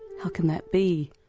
how can that be?